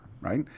right